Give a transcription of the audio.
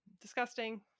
Disgusting